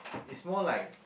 it's more like